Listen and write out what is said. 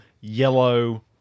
yellow